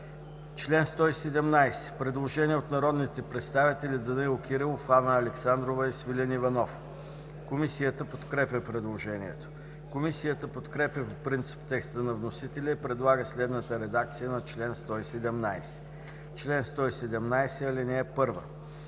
Член 117. Предложение от народните представители Данаил Кирилов, Анна Александрова и Свилен Иванов. Комисията подкрепя предложението. Комисията подкрепя по принцип текста на вносителя и предлага следната редакция на чл. 117: „Чл. 117. (1) Концедентът